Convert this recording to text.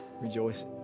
Rejoice